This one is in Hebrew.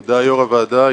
היו כמה סעיפים כאלה.